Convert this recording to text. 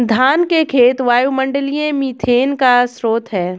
धान के खेत वायुमंडलीय मीथेन का स्रोत हैं